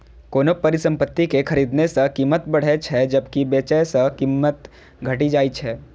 कोनो परिसंपत्ति कें खरीदने सं कीमत बढ़ै छै, जबकि बेचै सं कीमत घटि जाइ छै